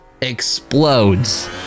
explodes